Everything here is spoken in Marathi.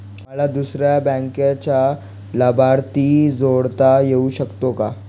मला दुसऱ्या बँकेचा लाभार्थी जोडता येऊ शकतो का?